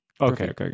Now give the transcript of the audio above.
Okay